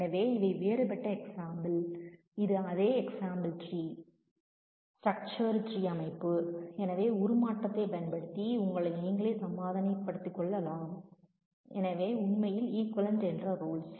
எனவே இவை வேறுபட்ட எக்ஸாம்பிள் இது அதே எக்ஸாம்பிள் ட்ரீ ஸ்டராக்சர் அடிப்படையில் ட்ரீ அமைப்பு எனவே டிரன்ஸ்பாமேஷன் நிபந்தனைகளை பயன்படுத்தி உங்களை நீங்களே சமாதானப்படுத்திக் convince கொள்ளலாம் அவை உண்மையில் ஈக்விவஒருலெண்ட் என்ற ரூல்ஸ்